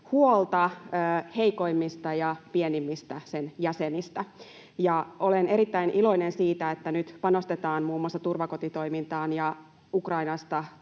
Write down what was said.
huolta sen heikoimmista ja pienimmistä jäsenistä, ja olen erittäin iloinen siitä, että nyt panostetaan muun muassa turvakotitoimintaan ja Ukrainasta